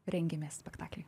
rengiame spektaklį